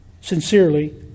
Sincerely